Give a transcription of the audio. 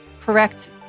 correct